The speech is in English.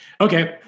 okay